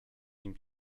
nim